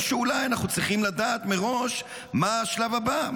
או שאולי אנחנו צריכים לדעת מראש מה השלב הבא,